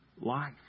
life